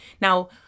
Now